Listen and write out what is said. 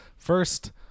First